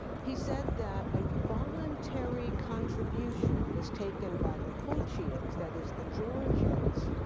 he said that a voluntary contribution was taken by the colchians, that is the georgians,